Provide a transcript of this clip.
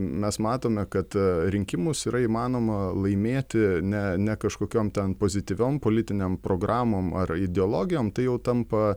mes matome kad rinkimus yra įmanoma laimėti ne ne kažkokiom ten pozityviom politinėm programom ar ideologijom tai jau tampa